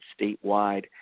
statewide